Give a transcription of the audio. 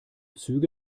züge